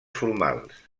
formals